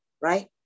right